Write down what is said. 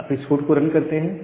अब इस कोड को रन करते हैं